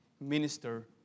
minister